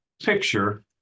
picture